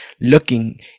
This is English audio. looking